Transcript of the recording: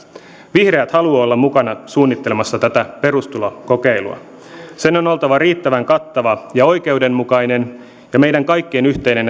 vihreät haluavat olla mukana suunnittelemassa tätä perustulokokeilua sen on oltava riittävän kattava ja oikeudenmukainen ja meidän kaikkien yhteinen